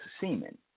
semen